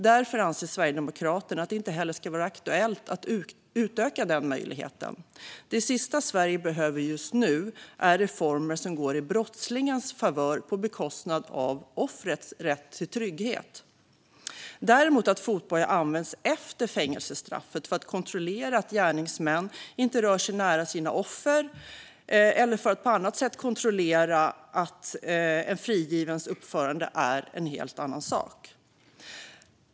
Därför anser Sverigedemokraterna att det inte heller ska vara aktuellt att utöka den möjligheten. Det sista Sverige behöver just nu är reformer som är i brottslingens favör och på bekostnad av offrets rätt till trygghet. Att fotboja används efter fängelsestraffet för att kontrollera att gärningsmän inte rör sig nära sina offer eller för att på annat sätt kontrollera en frigivens uppförande är däremot en helt annan sak.